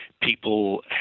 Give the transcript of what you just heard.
People